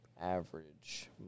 average